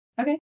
okay